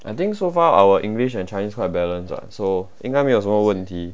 I think so far our english and chinese quite balance ah so 应该没有什么问题